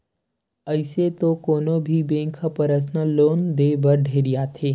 अइसे तो कोनो भी बेंक ह परसनल लोन देय बर ढेरियाथे